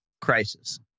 crisis